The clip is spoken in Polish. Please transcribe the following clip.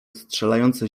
strzelające